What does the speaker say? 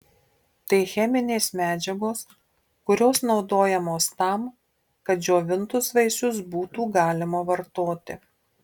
tai cheminės medžiagos kurios naudojamos tam kad džiovintus vaisius būtų galima vartoti